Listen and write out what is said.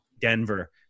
Denver